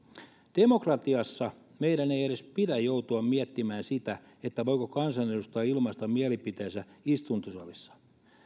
demokratiassa meidän ei edes pidä joutua miettimään sitä voiko kansanedustaja ilmaista mielipiteensä istuntosalissa